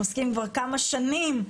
כבר כמה שנים.